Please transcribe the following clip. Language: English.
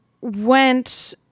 went